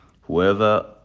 whoever